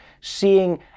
seeing